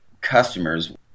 customers